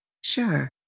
Sure